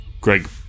Greg